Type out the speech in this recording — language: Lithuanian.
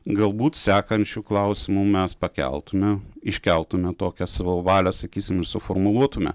galbūt sekančiu klausimu mes pakeltume iškeltume tokią savo valią sakysim ir suformuluotume